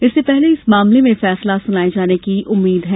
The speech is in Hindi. इससे पहले इस मामले में फैसला सुनाये जाने की आशा है